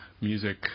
music